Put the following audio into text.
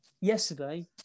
yesterday